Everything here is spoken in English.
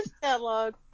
catalog